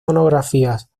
monografías